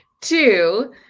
two